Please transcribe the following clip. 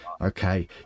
okay